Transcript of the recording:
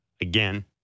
again